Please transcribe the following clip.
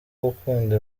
gukunda